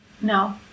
No